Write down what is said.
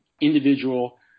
individual